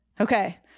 okay